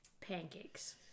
Pancakes